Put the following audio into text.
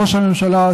ראש הממשלה,